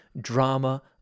drama